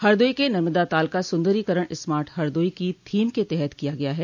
हरदोई के नर्मदा ताल का सुन्दरीकरण स्मार्ट हरदोई की थीम के तहत किया गया है